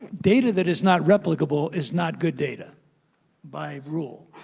data that is not replicable is not good data by rule,